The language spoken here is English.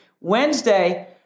Wednesday